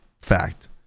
fact